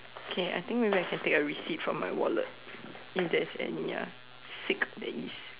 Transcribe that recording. okay I think maybe I can take a receipt from my wallet if there's any ya sick there is